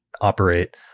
operate